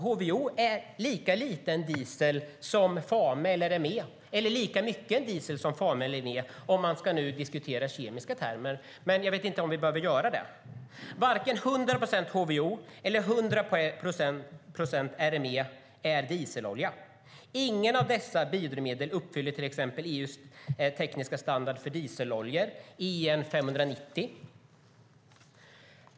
HVO är lika lite eller lika mycket diesel som Fame och RME om vi ska diskutera kemiska termer, men jag vet inte om vi behöver göra det. Varken 100 procent HVO eller 100 procent RME är dieselolja. Inget av dessa biodrivmedel uppfyller till exempel EU:s tekniska standard för dieseloljor, EN 590.